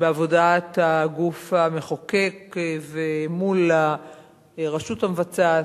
בעבודת הגוף המחוקק ומול הרשות המבצעת.